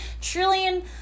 trillion